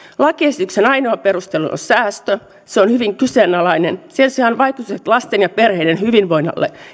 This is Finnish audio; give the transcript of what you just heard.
lakiesityksen ainoa perustelu on säästö se on hyvin kyseenalainen sen sijaan vaikutukset lasten ja perheiden hyvinvoinnille